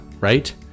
right